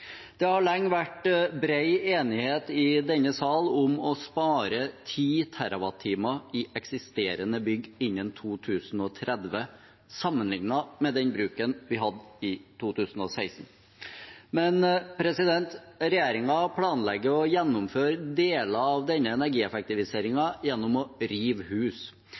Det har lenge vært bred enighet i denne sal om å spare 10 TWh i eksisterende bygg innen 2030, sammenlignet med den bruken vi hadde i 2016, men regjeringen planlegger å gjennomføre deler av denne energieffektiviseringen gjennom å rive hus.